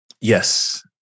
Yes